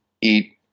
eat